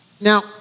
Now